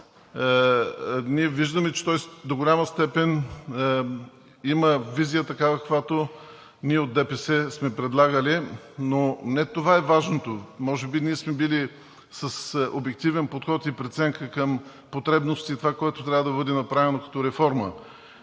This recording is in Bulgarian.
и виждаме, че той до голяма степен има визия такава, каквато ние от ДПС сме предлагали, но не това е важното. Може би ние сме били с обективен подход и преценка към потребностите и това, което трябва да бъде направено като реформа.